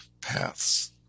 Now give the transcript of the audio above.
paths